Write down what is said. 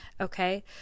Okay